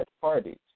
parties